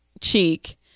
cheek